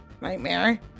Nightmare